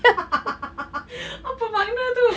apa makna tu